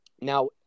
now